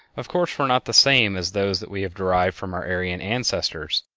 of course, were not the same as those that we have derived from our aryan ancestors,